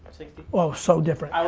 sixty. oh, so different. i was